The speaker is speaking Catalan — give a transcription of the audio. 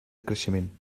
creixement